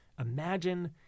imagine